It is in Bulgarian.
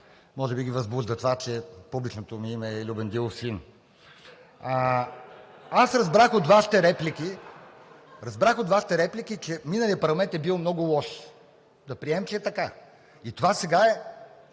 може би ги възбужда това, че публичното ми име е Любен Дилов-син. (Смях от ГЕРБ-СДС.) Аз разбрах от Вашите реплики, че миналият парламент е бил много лош. Да приемем, че е така! И това сега е